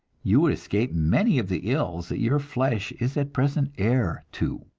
you would escape many of the ills that your flesh is at present heir to.